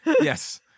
Yes